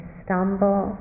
stumble